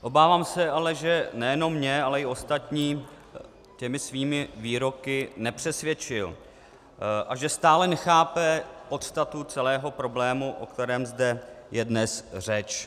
Obávám se ale, že nejenom mě, ale i ostatní těmi svými výroky nepřesvědčil a že stále nechápe podstatu celého problému, o kterém je zde řeč.